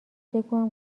بگویم